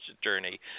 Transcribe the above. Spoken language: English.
attorney